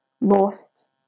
lost